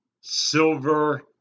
silver